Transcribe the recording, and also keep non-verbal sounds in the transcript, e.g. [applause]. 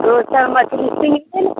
दोसर मछली [unintelligible]